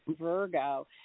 Virgo